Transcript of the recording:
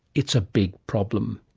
it's a big problem